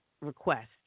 request